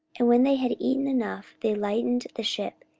and when they had eaten enough, they lightened the ship,